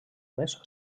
més